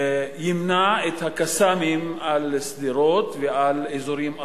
ימנע את ה"קסאמים" על שדרות ועל אזורים אחרים.